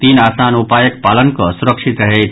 तीन आसान उपायक पालन कऽ सुरक्षित रहैथ